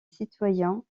citoyens